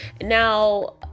now